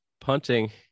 punting